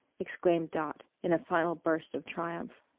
exclaimed dot, in a final burst of triumph.